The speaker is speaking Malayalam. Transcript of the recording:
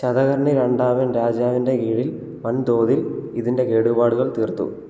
ശതകർണി രണ്ടാമൻ രാജാവിൻ്റെ കീഴിൽ വൻതോതിൽ ഇതിൻ്റെ കേടുപാടുകൾ തീർത്തു